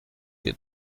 que